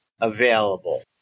available